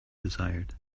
desired